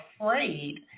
afraid